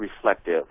reflective